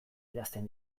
idazten